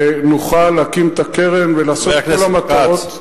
ונוכל להקים את הקרן ולעשות את כל המטרות,